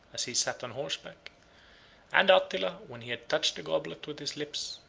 as he sat on horseback and attila, when he had touched the goblet with his lips,